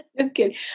Okay